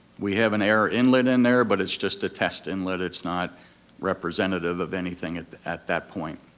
we have an air inlet in there, but it's just a test inlet, it's not representative of anything at at that point.